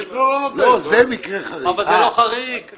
אבל זה לא חריג.